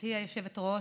גברתי היושבת-ראש,